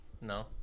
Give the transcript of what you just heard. No